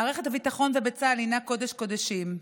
מערכת הביטחון וצה"ל הינם קודש הקודשים.